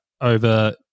over